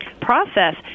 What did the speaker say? process